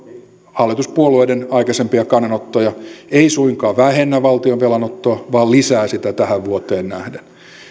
hallituspuolueiden aikaisempia kannanottoja ei suinkaan vähennä valtion velanottoa vaan lisää sitä tähän vuoteen nähden